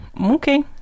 Okay